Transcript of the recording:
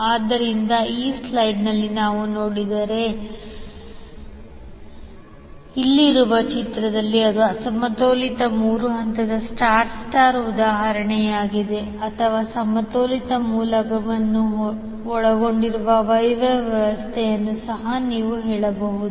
ಆದ್ದರಿಂದ ಈ ಸ್ಲೈಡ್ನಲ್ಲಿ ನಾವು ನೋಡಿದ ಚಿತ್ರದಲ್ಲಿ ಇದು ಅಸಮತೋಲಿತ ಮೂರು ಹಂತದ ಸ್ಟರ್ ಸ್ಟರ್ ಉದಾಹರಣೆಯಾಗಿದೆ ಅಥವಾ ಸಮತೋಲನ ಮೂಲವನ್ನು ಒಳಗೊಂಡಿರುವ Y Y ವ್ಯವಸ್ಥೆಯನ್ನು ಸಹ ನೀವು ಹೇಳಬಹುದು